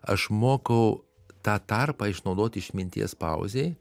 aš mokau tą tarpą išnaudoti išminties pauzei